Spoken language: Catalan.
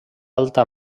alta